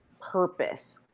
purpose